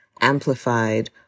amplified